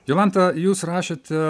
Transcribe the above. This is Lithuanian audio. jolanta jūs rašėte